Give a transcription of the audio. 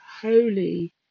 holy